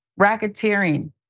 Racketeering